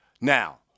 Now